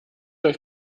euch